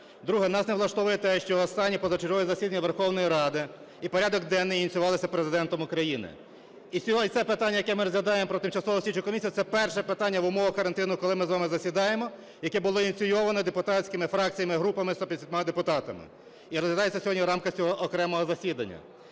Друге. Нас не влаштовує те, що останнє позачергове засідання Верховної Ради і порядок денний ініціювалися Президентом України. І сьогодні це питання, яке ми розглядаємо, про тимчасову слідчу комісію – це перше питання в умовах карантину, коли ми з вами засідаємо, яке було ініційоване депутатськими фракціями і групами, 150 депутатами, і розглядається сьогодні в рамках цього окремого засідання.